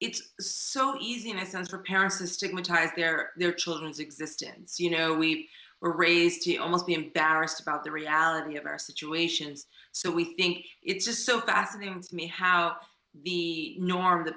it's so easy in a sense for parents to stigmatize their their children's existence you know we were raised to almost be embarrassed about the reality of our situations so we think it's just so fascinating to me how the norm the